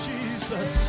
Jesus